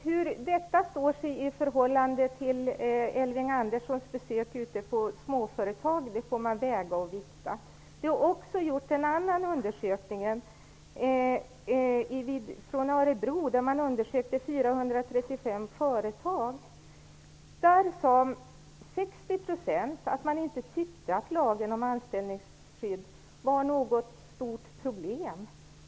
Hur detta står sig i förhållande till Elving Anderssons besök ute på småföretag får man väga och vikta. Det finns också en annan undersökning från Örebro där man undersökte 435 företag. 60 % av dessa sade att de inte tyckte att lagen om anställningsskydd var något stort problem.